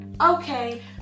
Okay